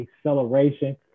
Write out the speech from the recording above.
acceleration